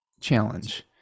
challenge